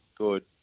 good